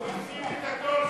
אבל הוא הפסיד את התור שלו.